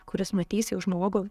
kuris matys jau žmogų